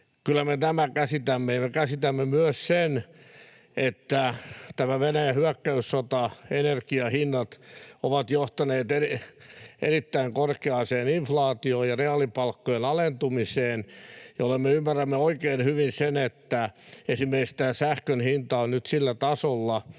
Kyllä me tämän käsitämme, ja me käsitämme myös sen, että tämä Venäjän hyökkäyssota ja energiahinnat ovat johtaneet erittäin korkeaan inflaatioon ja reaalipalkkojen alentumiseen, jolloin me ymmärrämme oikein hyvin sen, että esimerkiksi sähkön hinta on nyt sillä tasolla,